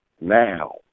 now